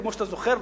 כמו שאתה זוכר,